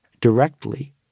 directly